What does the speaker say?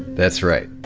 that's right.